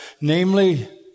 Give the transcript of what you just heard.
namely